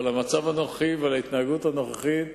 אבל במצב הנוכחי ובהתנהגות הנוכחית,